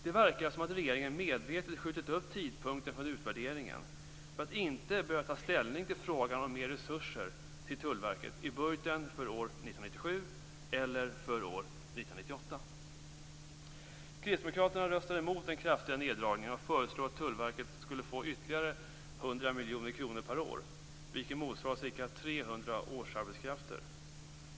Det verkar som om regeringen medvetet skjutit upp tidpunkten för utvärderingen för att inte behöva ta ställning till frågan om mer resurser till Tullverket i budgeten för år 1997 eller för 1998. Kristdemokraterna röstade emot den kraftiga neddragningen och föreslog att Tullverket skulle få ytterligare 100 miljoner kronor per år, vilket motsvarar ca 300 årsarbetskrafter.